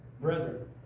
Brethren